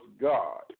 God